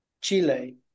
Chile